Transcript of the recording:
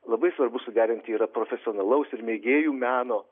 labai svarbu suderinti yra profesionalaus ir mėgėjų meno